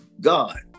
God